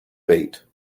fate